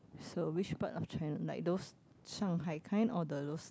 so which part of China like those Shanghai kind or the those